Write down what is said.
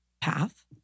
path